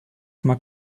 mag